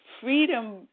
freedom